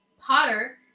Potter